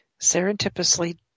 serendipitously